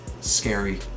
scary